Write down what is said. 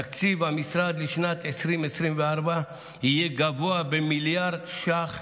תקציב המשרד לשנת 2024 יהיה גבוה במיליארד שקלים,